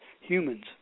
humans